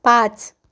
पांच